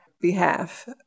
behalf